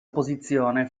opposizione